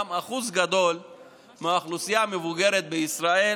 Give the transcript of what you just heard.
אחוז גדול מהאוכלוסייה המבוגרת בישראל